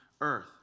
earth